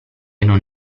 non